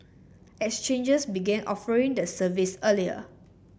exchanges begin offering the service earlier